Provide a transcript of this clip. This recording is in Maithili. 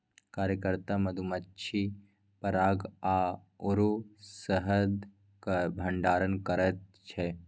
कार्यकर्ता मधुमाछी पराग आओर शहदक भंडारण करैत छै